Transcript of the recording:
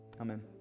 Amen